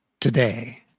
today